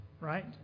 right